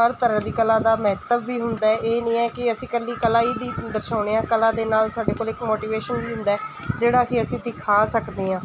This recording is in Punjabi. ਹਰ ਤਰ੍ਹਾਂ ਦੀ ਕਲਾ ਦਾ ਮਹੱਤਵ ਵੀ ਹੁੰਦਾ ਇਹ ਨਹੀਂ ਹੈ ਕਿ ਅਸੀਂ ਇਕੱਲੀ ਕਲਾ ਹੀ ਦੀ ਦਰਸਉਂਦੇ ਹਾਂ ਕਲਾ ਦੇ ਨਾਲ ਸਾਡੇ ਕੋਲ ਇੱਕ ਮੋਟੀਵੇਸ਼ਨ ਵੀ ਹੁੰਦਾ ਜਿਹੜਾ ਕਿ ਅਸੀਂ ਦਿਖਾ ਸਕਦੇ ਹਾਂ